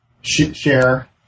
share